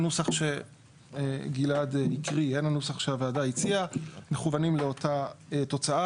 הנוסח שגלעד הקריא והנוסח שהוועדה הציע מכוונים לאותה תוצאה,